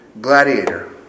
Gladiator